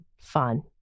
fun